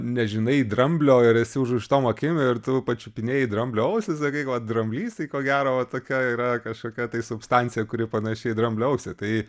nežinai dramblio ir esi užrištom akim ir tu pačiupinėji dramblio ausį sakai dramblys tai ko gero va tokia yra kažkokia tai substancija kuri panaši į dramblio ausį tai